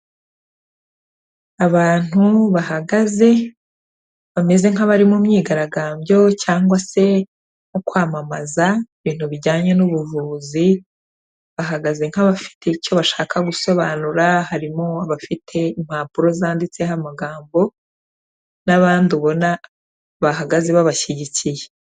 Abantu bahagaze bameze nk'abari mu myigaragambyo cyangwa se mu kwamamaza ibintu bijyanye n'ubuvuzi, bahagaze nk'abafite icyo bashaka gusobanura, harimo abafite impapuro zanditseho amagambo n'abandi ubona bahagaze babashyigikiye.